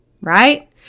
right